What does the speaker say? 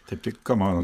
taip tai ką mano